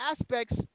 aspects